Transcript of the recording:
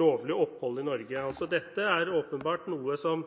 lovlig opphold i Norge.» Dette er åpenbart noe som